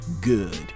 good